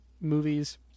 movies